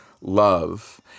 love